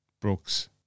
Brooks